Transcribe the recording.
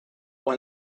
when